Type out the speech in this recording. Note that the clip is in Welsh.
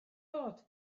bod